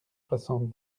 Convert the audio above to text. soixante